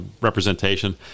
representation